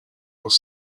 was